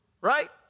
right